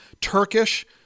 Turkish